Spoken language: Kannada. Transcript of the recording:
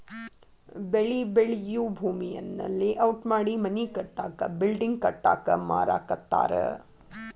ಬೆಳಿ ಬೆಳಿಯೂ ಭೂಮಿಯನ್ನ ಲೇಔಟ್ ಮಾಡಿ ಮನಿ ಕಟ್ಟಾಕ ಬಿಲ್ಡಿಂಗ್ ಕಟ್ಟಾಕ ಮಾರಾಕತ್ತಾರ